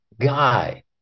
guy